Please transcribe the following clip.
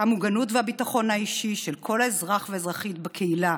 המוגנות והביטחון האישי של כל אזרח ואזרחית בקהילה,